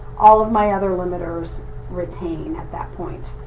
all of my other limiters retain at that point.